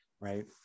right